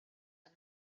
amb